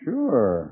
Sure